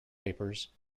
papers